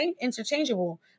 interchangeable